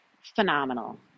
phenomenal